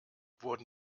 wurden